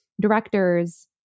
directors